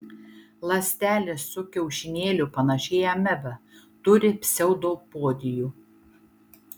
ląstelė su kiaušinėliu panaši į amebą turi pseudopodijų